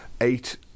Eight